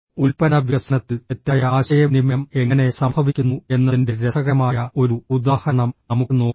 ഉൽപ്പന്ന വികസനത്തിൽ തെറ്റായ ആശയവിനിമയം എങ്ങനെ സംഭവിക്കുന്നു എന്നതിന്റെ രസകരമായ ഒരു ഉദാഹരണം നമുക്ക് നോക്കാം